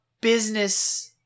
business